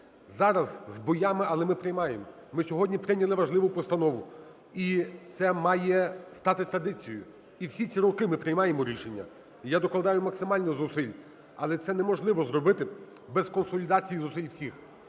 Зараз з боями, але ми приймаємо. Ми сьогодні прийняли важливу постанову. І це має стати традицією. І всі ці роки ми приймаємо рішення. І я докладаю максимально зусиль, але це неможливо зробити без консолідації зусиль всіх,